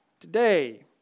today